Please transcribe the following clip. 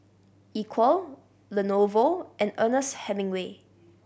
Equal Lenovo and Ernest Hemingway